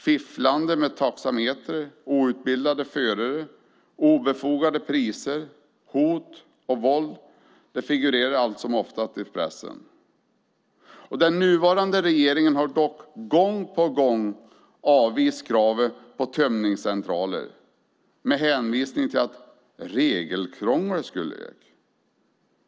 Fifflande med taxametern, outbildade förare, obefogade priser, hot och våld figurerar allt som oftast i pressen. Den nuvarande regeringen har trots detta gång på gång avvisat kravet på tömningscentraler med hänvisning till att regelkrånglet skulle öka.